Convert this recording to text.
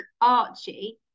Archie